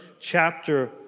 chapter